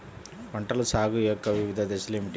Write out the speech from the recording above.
పంటల సాగు యొక్క వివిధ దశలు ఏమిటి?